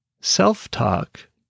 Self-talk